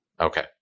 Okay